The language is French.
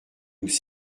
nous